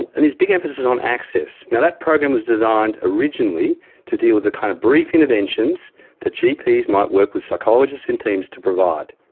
and there's big emphasis on access. that program was designed originally to deal with the kind of brief interventions that gps might work with psychologists and teams to provide.